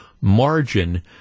margin